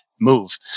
move